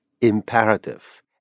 imperative